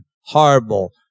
horrible